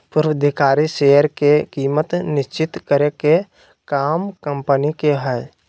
पूर्वधिकारी शेयर के कीमत निश्चित करे के काम कम्पनी के हय